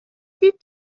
دید